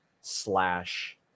slash